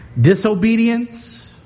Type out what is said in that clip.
Disobedience